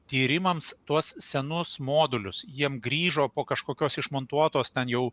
tyrimams tuos senus modulius jiem grįžo po kažkokios išmontuotos ten jau